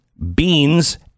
beans